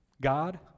God